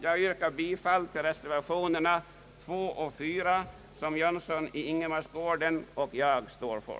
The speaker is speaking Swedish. Jag yrkar bifall till reservationerna 2 och 4, som herr Jönsson 1 Ingemarsgården och jag står för.